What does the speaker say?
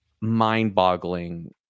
mind-boggling